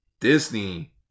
Disney